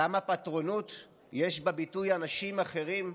כמה פטרונות יש בביטוי "אנשים אחרים"?